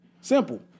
Simple